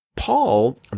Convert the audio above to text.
Paul